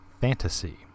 fantasy